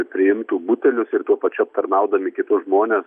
priimtų butelius ir tuo pačiu aptarnaudami kitus žmones